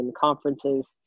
conferences